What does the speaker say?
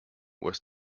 was